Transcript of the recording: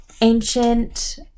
ancient